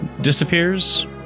disappears